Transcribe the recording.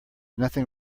nothing